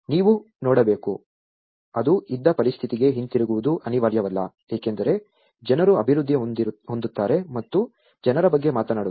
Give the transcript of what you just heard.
ನೀವು ನೋಡಬೇಕು ಅದು ಇದ್ದ ಪರಿಸ್ಥಿತಿಗೆ ಹಿಂತಿರುಗುವುದು ಅನಿವಾರ್ಯವಲ್ಲ ಏಕೆಂದರೆ ಜನರು ಅಭಿವೃದ್ಧಿ ಹೊಂದುತ್ತಾರೆ ಮತ್ತು ಜನರ ಬಗ್ಗೆ ಮಾತನಾಡುತ್ತಾರೆ